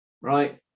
right